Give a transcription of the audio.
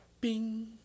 Bing